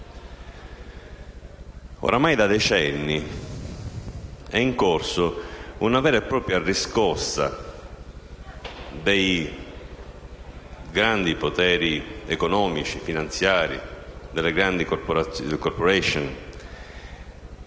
Ormai da decenni è in corso una vera e propria riscossa dei grandi poteri economici e finanziari e delle grandi *corporation*